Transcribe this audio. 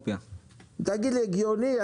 תגיד לי, הגיוני?